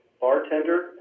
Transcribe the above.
bartender